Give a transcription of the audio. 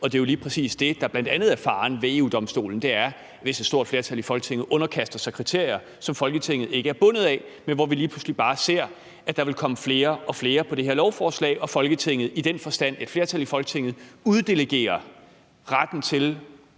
Og det er jo lige præcis det, der bl.a. er faren ved EU-Domstolen, altså hvis et stort flertal i Folketinget underkaster sig kriterier, som Folketinget ikke er bundet af, men hvor vi lige pludselig bare ser, at der vil komme flere og flere på det her lovforslag, og et flertal i Folketinget i den forstand uddelegerer retten til